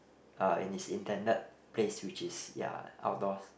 uh in its intended place which is ya outdoors